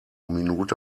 minute